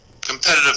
competitive